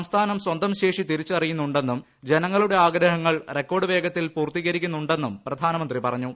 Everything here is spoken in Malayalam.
സംസ്ഥാനം സ്വന്തം ശേഷി തിരിച്ചറിയുന്നുണ്ടെന്നും ജനങ്ങളുടെ ആഗ്രഹങ്ങൾ റെക്കോഡ് വേഗത്തിൽ പൂർത്തീകരിക്കുന്നുണ്ടെന്നും പ്രധാനമന്ത്രി പറഞ്ഞു